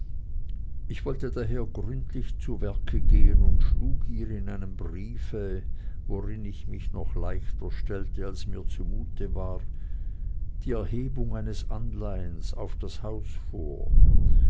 ich wollte daher gründlich zu werke gehen und schlug ihr in einem briefe worin ich mich noch leichter stellte als mir zu mut war die erhebung eines anleihens auf das haus vor